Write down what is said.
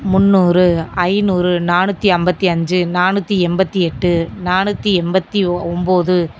முந்நூறு ஐநூறு நானூற்றி ஐம்பத்தி அஞ்சு நானூற்றி எண்பத்தி எட்டு நானூற்றி எண்பத்தி ஒம்போது